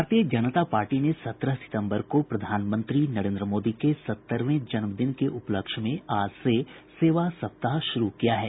भारतीय जनता पार्टी ने सत्रह सितम्बर को प्रधानमंत्री नरेन्द्र मोदी के सत्तरवें जन्मदिन के उपलक्ष्य में आज से सेवा सप्ताह शुरू किया है